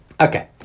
Okay